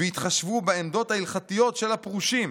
והתחשבו בעמדות ההלכתיות של הפרושים.